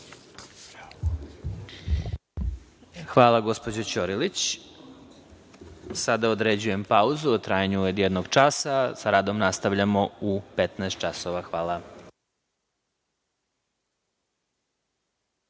Hvala, gospođo Ćorilić. Sada određujem pauzu u trajanju od jednog časa i sa radom nastavljamo u 15.00 časova. Hvala.(Posle